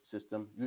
system